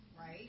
Right